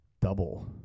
double